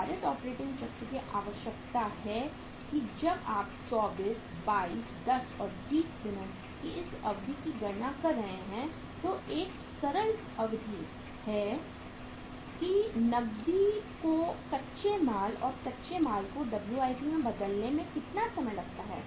भारित ऑपरेटिंग चक्र की आवश्यकता है कि जब आप 24 22 10 और 20 दिनों की इस अवधि की गणना कर रहे हैं तो यह एक सरल अवधि है कि नकदी को कच्चे माल और कच्चे माल को WIP में बदलने में कितना समय लगता है